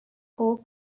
whole